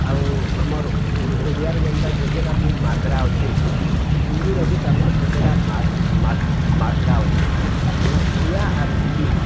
ଆଉ ଆମର୍ ଓ ଓ ଓଡ଼ିଆରେ ଯେନ୍ତା ଯେତେଟା ବି ମାତ୍ରା ଅଛେ ହିନ୍ଦୀ ର ବି ତାର୍ମାନେ ସେତେଟା ମାତ୍ରା ଅଛେ ବଲେ ଓଡ଼ିଆ ଆର୍ ହିନ୍ଦୀ